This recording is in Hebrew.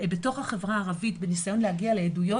בתוך החברה הערבית בניסיון להגיע לעדויות.